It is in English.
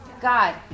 God